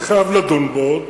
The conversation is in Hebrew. אני חייב לדון בו,